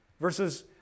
versus